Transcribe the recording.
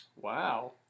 Wow